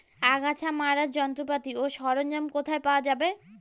আগাছা মারার যন্ত্রপাতি ও সরঞ্জাম কোথায় পাওয়া যাবে?